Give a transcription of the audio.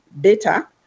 data